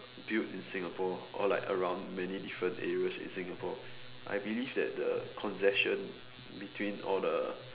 built in Singapore or like around many different areas in Singapore I believe that the congestion between all the